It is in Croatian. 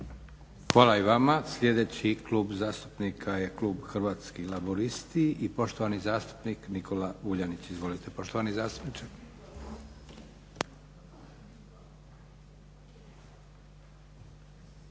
Hvala i vama. Sljedeći klub zastupnika je klub Hrvatskih laburisti i poštovani zastupnik Nikola Vuljanić. Izvolite poštovani zastupniče.